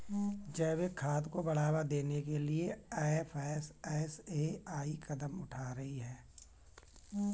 जैविक खाद को बढ़ावा देने के लिए एफ.एस.एस.ए.आई कदम उठा रही है